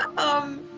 um,